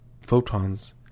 photons